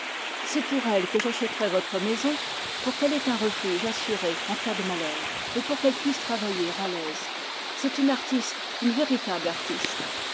c'est pour elle que j'achèterai votre maison pour qu'elle ait un refuge assuré en cas de malheur et pour qu'elle puisse travailler à l'aise c'est une artiste